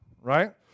right